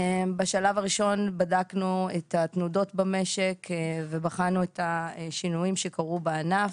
בשלב הראשון בדקנו את התנודות במשק ובחנו את השינויים שקרו בענף.